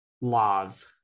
Love